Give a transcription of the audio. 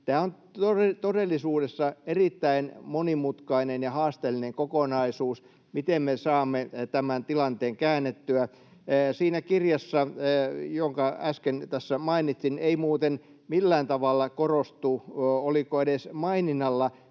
tämä on todellisuudessa erittäin monimutkainen ja haasteellinen kokonaisuus, miten me saamme tämän tilanteen käännettyä. Siinä kirjassa, jonka äsken tässä mainitsin, ei muuten millään tavalla korostu — oliko edes maininnalla